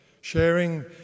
sharing